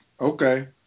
Okay